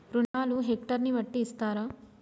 రుణాలు హెక్టర్ ని బట్టి ఇస్తారా?